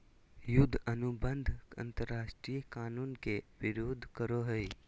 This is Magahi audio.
युद्ध अनुबंध अंतरराष्ट्रीय कानून के विरूद्ध करो हइ